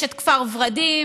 יש את כפר ורדים,